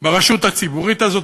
ברשות הציבורית הזאת.